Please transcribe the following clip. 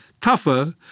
tougher